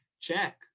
check